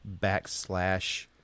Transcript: backslash